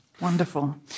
Wonderful